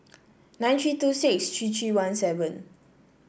nine three two six three three one seven